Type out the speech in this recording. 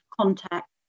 contact